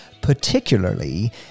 particularly